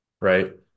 right